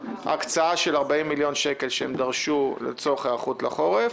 הקצאה של 40 מיליון שקל שדרשו לצורך היערכות לחורף.